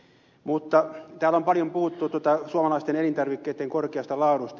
mutta täällä on paljon puhuttu suomalaisten elintarvikkeitten korkeasta laadusta